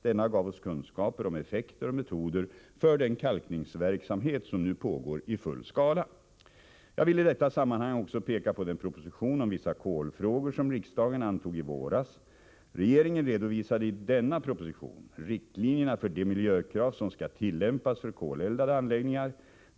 Denna gav oss kunskaper om effekter och metoder för den kalkningsverksamhet som nu pågår i full skala. Jag vill i detta sammanhang också peka på den proposition om vissa kolfrågor som riksdagen antog i våras. Regeringen redovisade i denna proposition riktlinjerna för de miljökrav som skall tillämpas för koleldade anläggningar.